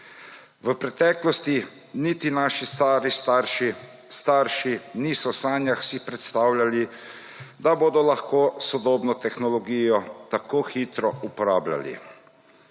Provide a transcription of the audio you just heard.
V preteklosti si niti naši stari starši, starši niso v sanjah predstavljali, da bodo lahko sodobno tehnologijo tako hitro uporabljali.